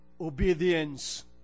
obedience